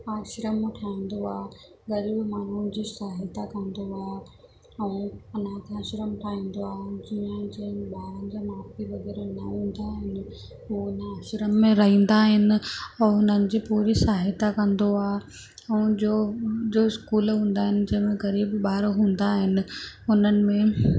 आश्रम ठाहींदो आहे ग़रीबु माण्हुनि जी सहायता कंदो आहे ऐं अनाथ आश्रम ठाहींदो आहे जीअं जिनि ॿारनि जा माउ पीउ वग़ैरह न हूंदा आहिनि हू हुन आश्रम में रहंदा आहिनि ऐं हुननि जी पूरी सहायता कंदो आहे हुन जो जो स्कूल हूंदा आहिनि जंहिं में ग़रीबु ॿार हूंदा आहिनि उन्हनि में